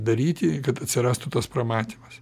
daryti kad atsirastų tas pramatymas